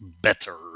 better